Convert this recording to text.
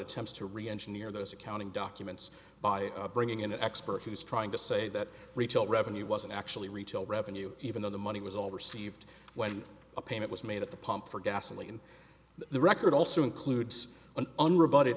attempts to reengineer those accounting documents by bringing in an expert who is trying to say that retail revenue wasn't actually retail revenue even though the money was all received when a payment was made at the pump for gasoline the record also includes